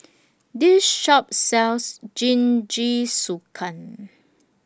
This Shop sells Jingisukan